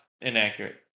inaccurate